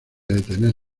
detener